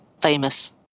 famous